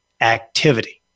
activity